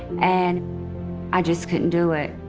and i just couldn't do it.